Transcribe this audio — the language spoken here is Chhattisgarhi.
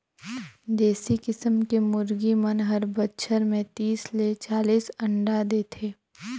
देसी किसम के मुरगी मन हर बच्छर में तीस ले चालीस अंडा देथे